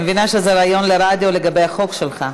אני מבינה שזה ריאיון לרדיו לגבי החוק שלך.